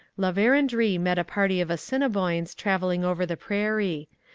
la verendrye met a party of assiniboines travelling over the prairie.